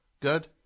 Good